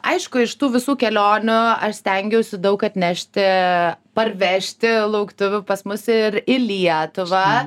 aišku iš tų visų kelionių aš stengiausi daug atnešti parvežti lauktuvių pas mus ir į lietuvą